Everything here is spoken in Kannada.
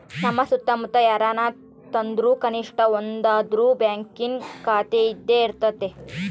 ನಮ್ಮ ಸುತ್ತಮುತ್ತ ಯಾರನನ ತಾಂಡ್ರು ಕನಿಷ್ಟ ಒಂದನಾದ್ರು ಬ್ಯಾಂಕಿನ ಖಾತೆಯಿದ್ದೇ ಇರರ್ತತೆ